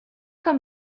comme